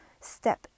step